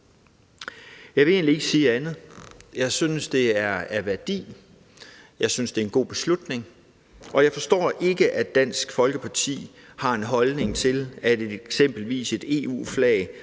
Jeg vil egentlig ikke sige andet. Jeg synes, det er af værdi. Jeg synes, det er en god beslutning. Og jeg forstår ikke, at Dansk Folkeparti har en holdning til, at eksempelvis et EU-flag